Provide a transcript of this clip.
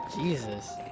Jesus